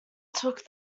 took